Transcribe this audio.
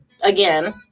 again